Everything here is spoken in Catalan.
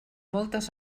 moltes